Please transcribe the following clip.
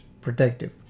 protective